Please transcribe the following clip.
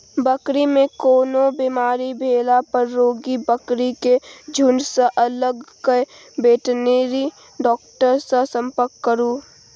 बकरी मे कोनो बेमारी भेला पर रोगी बकरी केँ झुँड सँ अलग कए बेटनरी डाक्टर सँ संपर्क करु